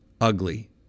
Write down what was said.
ugly